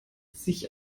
sich